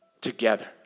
Together